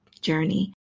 journey